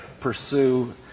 pursue